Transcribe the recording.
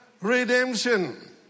redemption